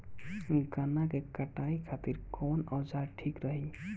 गन्ना के कटाई खातिर कवन औजार ठीक रही?